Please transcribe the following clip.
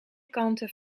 kanten